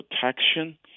protection